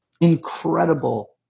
incredible